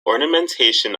ornamentation